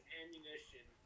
ammunition